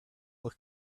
look